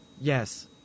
Yes